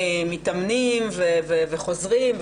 מתאמנים וחוזרים,